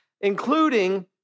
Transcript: including